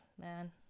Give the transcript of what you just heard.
man